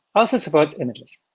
also supports images.